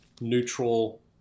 neutral